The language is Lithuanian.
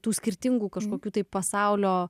tų skirtingų kažkokių tai pasaulio